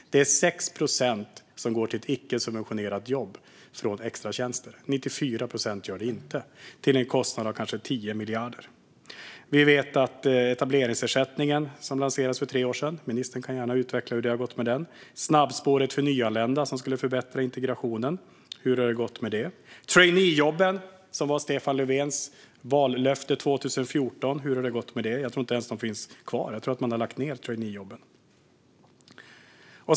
Det är 6 procent som går till icke-subventionerat jobb från extratjänster. 94 procent gör det inte. Och kostnaden är kanske 10 miljarder. Ministern får gärna utveckla hur det har gått med etableringsersättningen, som lanserades för tre år sedan. Snabbspåret för nyanlända skulle förbättra integrationen. Hur har det gått med det? Hur har det gått med traineejobben, som var Stefan Löfvens vallöfte 2014? Jag tror inte ens att de finns kvar. Jag tror att man har lagt ned dem.